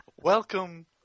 Welcome